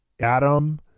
Adam